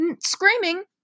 screaming